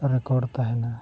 record ᱛᱟᱦᱮᱱᱟ